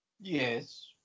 Yes